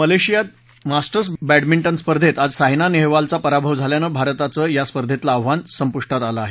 मलेशियात masters badminton स्पर्धेत आज सायना नेहवालचा पराभव झाल्यामुळे भारताचं या स्पर्धेतलं आव्हान संपुष्टात आलं आहे